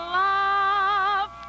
love